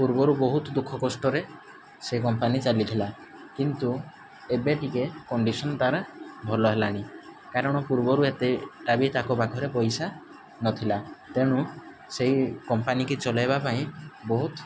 ପୂର୍ବରୁ ବହୁତ ଦୁଃଖ କଷ୍ଟରେ ସେ କମ୍ପାନୀ ଚାଲିଥିଲା କିନ୍ତୁ ଏବେ ଟିକେ କଣ୍ଡିସନ୍ ତା'ର ଭଲ ହେଲାଣି କାରଣ ପୂର୍ବରୁ ଏତେ ତାଙ୍କ ପାଖରେ ପଇସା ନଥିଲା ତେଣୁ ସେଇ କମ୍ପାନୀ କି ଚଲେଇବା ପାଇଁ ବହୁତ